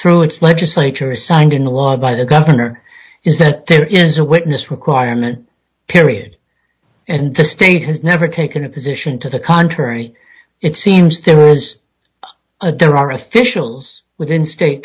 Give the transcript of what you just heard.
through its legislature signed into law by the governor is that there is a witness requirement period and the state has never taken a position to the contrary it seems there is a there are officials within state